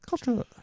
Culture